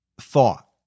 thought